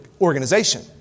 organization